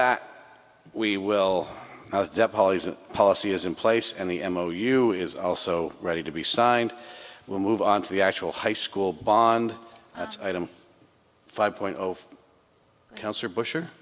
that we will policy is in place and the m o u is also ready to be signed will move on to the actual high school bond that's item five point of cancer bu